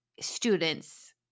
students